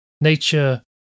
nature